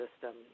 system